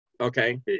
Okay